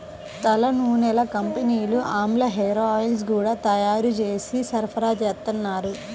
తలనూనెల కంపెనీలు ఆమ్లా హేరాయిల్స్ గూడా తయ్యారు జేసి సరఫరాచేత్తన్నారు